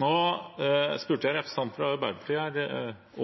Nå spurte jeg representanten fra Arbeiderpartiet